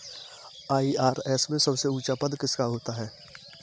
IRS में सबसे ऊंचा पद किसका होता है?